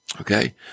Okay